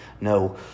no